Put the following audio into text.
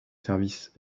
services